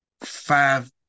five